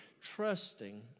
trusting